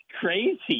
crazy